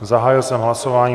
Zahájil jsem hlasování.